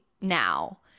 now